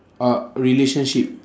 ah relationship